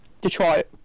Detroit